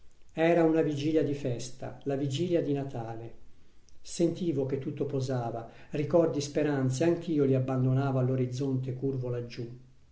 era una vigilia di festa la vigilia di natale sentivo che tutto posava ricordi speranze anch'io li abbandonavo all'orizzonte curvo laggiù